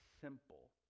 simple